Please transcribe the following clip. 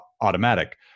automatic